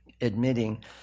admitting